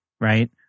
Right